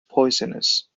poisonous